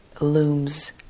looms